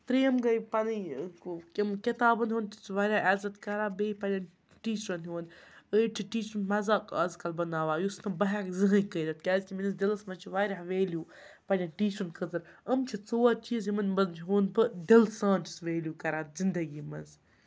ترٛیٚیِم گٔے پَنٕںۍ کِتابَن ہُنٛد تہِ چھُس بہٕ واریاہ عزت کَران بیٚیہِ پنٛںٮ۪ن ٹیٖچرَن ہُںٛد أڑۍ چھِ ٹیٖچرَن مزاق اَزکل بَناوان یُس نہٕ بہٕ ہیٚکہٕ زٕہنۍ کٔرِتھ کیٛازِکہِ میٛٲنِس منٛز چھِ واریاہ ویلیوٗ پنٛنٮ۪ن ٹیٖچرَن خٲطرٕ یِم چھِ ژور چیٖز یِمَن ہُنٛد بہٕ دِلہٕ سان چھُس ویلیوٗ کَران زندگی منٛز